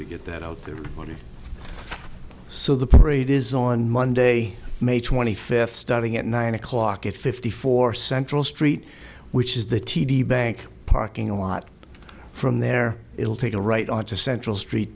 could get that out there so the parade is on monday may twenty fifth starting at nine o'clock at fifty four central street which is the t d bank parking lot from there it will take a right on to central street